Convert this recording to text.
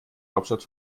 hauptstadt